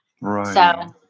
Right